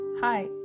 Hi